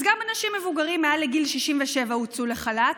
אז גם אנשים מבוגרים מעל לגיל 67 הוצאו לחל"ת,